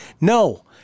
No